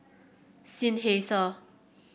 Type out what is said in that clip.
Seinheiser